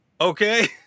Okay